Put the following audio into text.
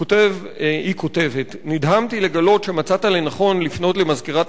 והיא כותבת: "נדהמתי לגלות שמצאת לנכון לפנות למזכירת